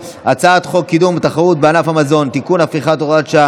חוק ומשפט לשם